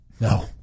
No